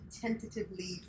tentatively